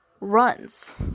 runs